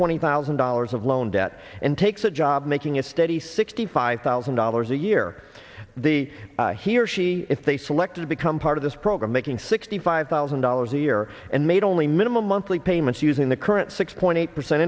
twenty thousand dollars of loan debt and takes a job making a steady sixty five thousand dollars a year the he or she if they selected to become part of this program making sixty five thousand dollars a year and made only minimum monthly payments using the current six point eight percent